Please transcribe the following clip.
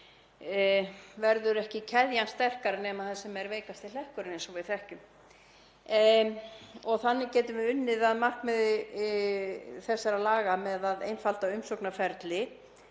verður ekki keðjan sterkari en það sem er veikasti hlekkurinn eins og við þekkjum. Þannig getum við unnið að markmiði þessara laga um að einfalda umsóknarferli,